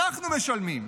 אנחנו משלמים,